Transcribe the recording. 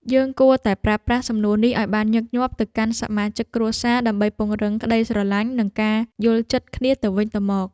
យើងគួរតែប្រើប្រាស់សំណួរនេះឱ្យបានញឹកញាប់ទៅកាន់សមាជិកគ្រួសារដើម្បីពង្រឹងក្ដីស្រឡាញ់និងការយល់ចិត្តគ្នាទៅវិញទៅមក។